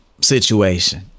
situation